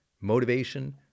motivation